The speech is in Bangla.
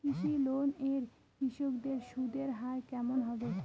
কৃষি লোন এ কৃষকদের সুদের হার কেমন হবে?